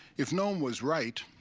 if noam was right,